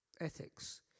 ethics